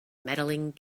medaling